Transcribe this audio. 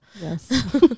Yes